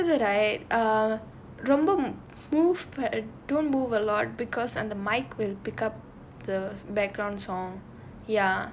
ஆமா அடுத்தது:aamaa aduthathu right ரொம்ப:romba move don't move a lot because அந்த:antha mike will pick up the background sound